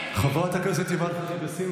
חברת הכנסת אימאן ח'טיב יאסין,